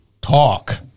Talk